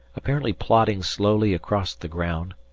apparently plodding slowly across the ground,